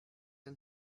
and